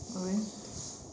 okay